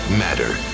matter